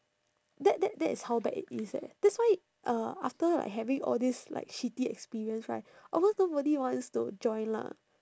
that that that is how bad it is eh that's why uh after like having all these like shitty experience right of course nobody wants to join lah